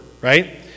right